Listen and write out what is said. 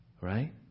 Right